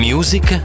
Music